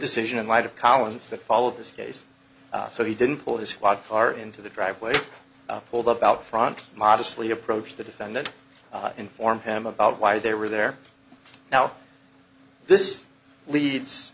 decision in light of collins that followed this case so he didn't pull this walk far into the driveway pulled up out front modestly approached the defendant inform him about why they were there now this leads